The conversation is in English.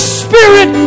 spirit